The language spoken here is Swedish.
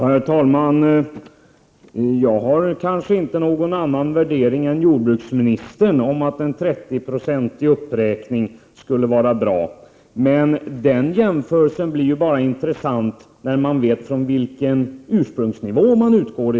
Herr talman! Jag har kanske inte någon annan värdering än jordbruksministern om att en 30-procentig uppräkning skulle vara bra. Men den jämförelsen blir intressant bara när man vet från vilken ursprunglig nivå man utgår.